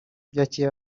byakira